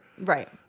Right